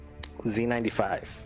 Z95